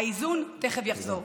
האיזון תכף יחזור.